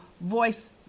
voice